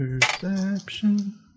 Perception